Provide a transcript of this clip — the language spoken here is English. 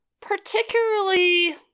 particularly